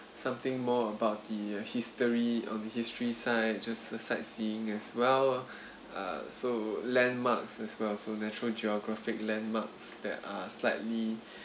something more about the uh history you know the history side just the sightseeing as well so uh landmarks as well so natural geographic landmarks that are slightly